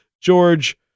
George